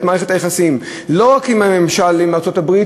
מערכת היחסים לא רק עם הממשל בארצות-הברית,